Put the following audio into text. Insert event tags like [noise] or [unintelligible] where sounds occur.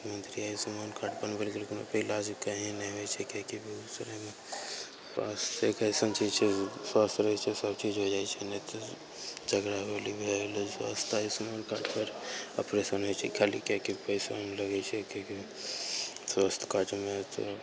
मुख्यमन्त्री आयुषमान कार्ड बनबय लए गेलखून वहाँपर इलाज कहीं नहि होइ छै किआकि बेगूसरायमे स्वास्थय एक अइसन चीज छै स्वस्थ्य रहय छै सब चीज हो जाइ छै नहि तऽ जकरा [unintelligible] भए गेलय सस्ता आयुषमान कार्डपर ऑपरेशन होइ छै खाली किआकि पैसा नहि लगय छै किआकि स्वास्थ्य कार्डमे तऽ